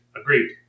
Agreed